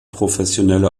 professionelle